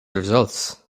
results